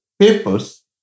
papers